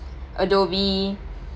Adobe